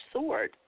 sword